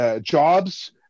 jobs